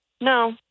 No